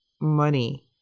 money